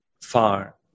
far